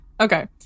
Okay